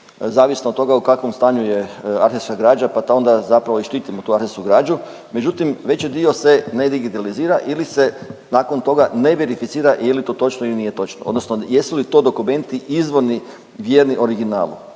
zavisno od toga u kakvom stanju je arhivska građa, pa onda zapravo i štitimo tu arhivsku građu, međutim veći dio se ne digitalizira ili se nakon toga ne verificira, je li to točno ili nije točno odnosno jesu li to dokumenti izvorni vjerni originalu.